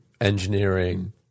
engineering